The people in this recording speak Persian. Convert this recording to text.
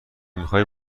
میخوای